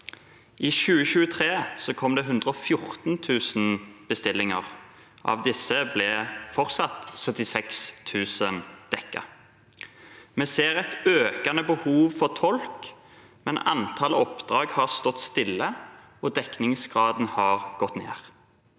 I 2023 kom det 114 000 bestillinger, og av disse ble fortsatt 76 000 dekket. Vi ser et økende behov for tolk, men antallet oppdrag har stått stille, og dekningsgraden har gått ned.